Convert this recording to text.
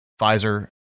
Pfizer